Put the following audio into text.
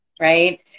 right